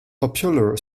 popular